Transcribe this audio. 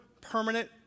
permanent